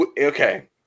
Okay